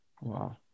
Wow